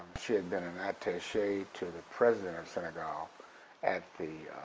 she had been an attache to the president of senegal at the